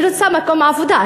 אני רוצה מקום עבודה.